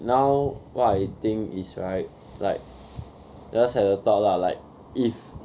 now what I think is right like just had a thought lah like if